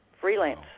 freelance